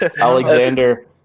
Alexander